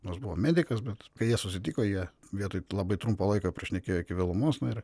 nors buvo medikas bet kai jie susitiko jie vietoj labai trumpo laiko prašnekėjo iki vėlumos na ir